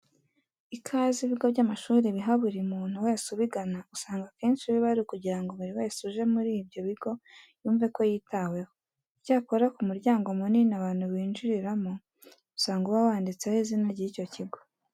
Ikaze ibigo by'amashuri biha buri muntu wese ubigana usanga akenshi biba ari ukugira ngo buri wese uje muri ibyo bigo yumve ko yitaweho. Icyakora ku muryango munini abantu binjiriramo usanga uba wanditseho izina ry'icyo kigo.